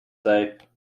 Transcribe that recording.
safe